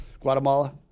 Guatemala